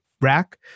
rack